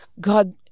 God